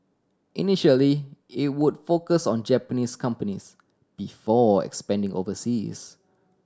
initially it would focus on Japanese companies before expanding overseas